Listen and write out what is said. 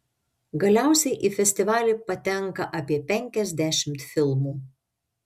galiausiai į festivalį patenka apie penkiasdešimt filmų